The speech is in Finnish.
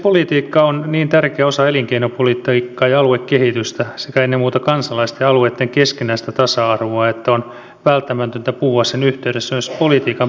liikennepolitiikka on niin tärkeä osa elinkeinopolitiikkaa ja aluekehitystä sekä ennen muuta kansalaisten ja alueitten keskinäistä tasa arvoa että on välttämätöntä puhua sen yhteydessä myös politiikan periaatteista